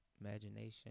imagination